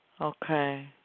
Okay